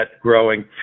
growing